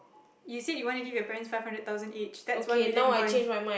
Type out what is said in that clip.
you said you want to give your parent five hundred thousand each that's one million gone